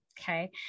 okay